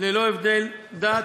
ללא הבדל דת,